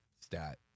stat